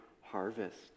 harvest